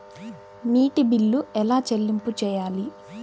నీటి బిల్లు ఎలా చెల్లింపు చేయాలి?